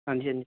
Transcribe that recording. ਹਾਂਜੀ ਹਾਂਜੀ